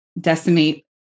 decimate